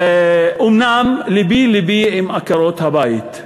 אומנם לבי לבי על עקרות-הבית,